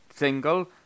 Single